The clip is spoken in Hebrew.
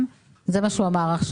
כי זה לא שווה.